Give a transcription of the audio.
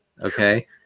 Okay